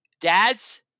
Dads